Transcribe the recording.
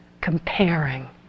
comparing